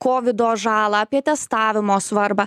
kovido žalą apie testavimo svarbą